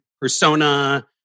persona